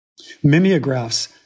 mimeographs